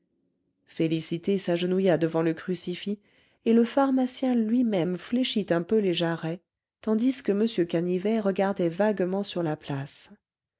félicité s'agenouilla devant le crucifix et le pharmacien lui-même fléchit un peu les jarrets tandis que m canivet regardait vaguement sur la place